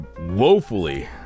woefully